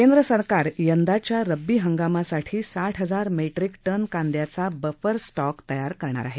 केंद्र सरकार यंदाच्या रब्बी हंगामासाठी साठ हजार मेट्रिक टन कांदयाचा बफर स्टॉक तयार करणार आहे